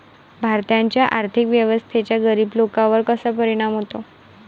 भारताच्या आर्थिक व्यवस्थेचा गरीब लोकांवर कसा परिणाम होतो?